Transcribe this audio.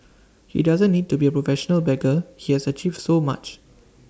he doesn't need to be A professional beggar he has achieved so much